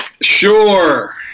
Sure